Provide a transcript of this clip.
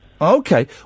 Okay